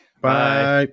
Bye